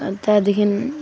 त्यहाँदेखि